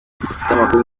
ikinyamakuru